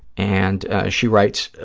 and she writes,